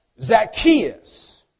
Zacchaeus